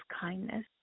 kindness